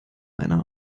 einer